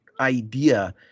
idea